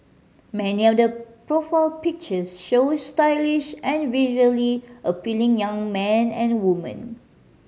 many of the profile pictures show stylish and visually appealing young men and women